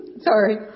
Sorry